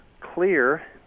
clear